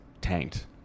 tanked